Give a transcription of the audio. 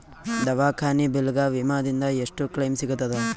ದವಾಖಾನಿ ಬಿಲ್ ಗ ವಿಮಾ ದಿಂದ ಎಷ್ಟು ಕ್ಲೈಮ್ ಸಿಗತದ?